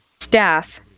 staff